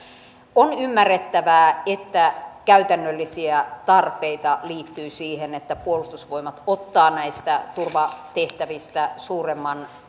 on ymmärrettävää että käytännöllisiä tarpeita liittyy siihen että puolustusvoimat ottaa näistä turvatehtävistä suuremman